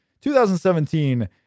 2017